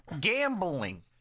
Gambling